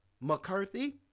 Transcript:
McCarthy